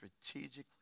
strategically